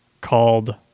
called